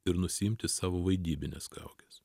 ir nusiimti savo vaidybines kaukes